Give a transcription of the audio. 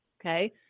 Okay